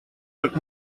как